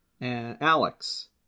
Alex